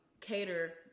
cater